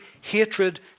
hatred